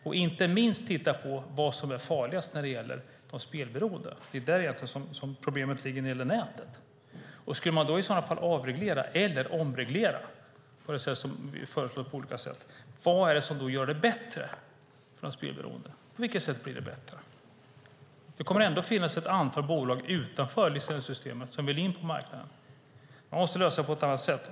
Inte minst måste man titta på vad som är farligast för de spelberoende. Det är egentligen där problemet ligger när det gäller nätet. Skulle man då avreglera eller omreglera på det sätt som föreslås blir frågan: Vad är det som blir bättre för de spelberoende? På vilket sätt blir det bättre? Det kommer att finnas ett antal bolag utanför licenssystemet som vill in på marknaden. Man måste därför lösa det på något annat sätt.